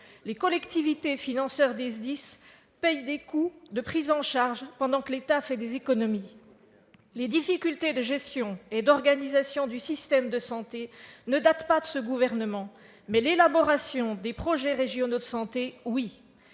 d'incendie et de secours, les SDIS, paient des coûts de prises en charge pendant que l'État fait des économies. Les difficultés de gestion et d'organisation du système de santé ne datent pas de ce gouvernement, mais l'élaboration des projets régionaux de santé, les